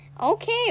Okay